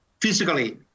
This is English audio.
physically